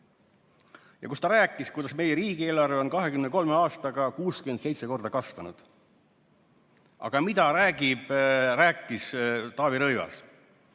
kus ta rääkis, kuidas meie riigieelarve on 23 aastaga 67 korda kasvanud. Aga mida rääkis Taavi Rõivas?